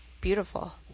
beautiful